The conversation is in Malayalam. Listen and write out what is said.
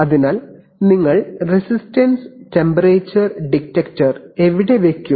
അതിനാൽ നിങ്ങൾ റെസിസ്റ്റൻസ് ടെമ്പറേച്ചർ ഡിറ്റക്റ്റർ എവിടെ വയ്ക്കും